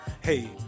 hey